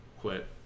quit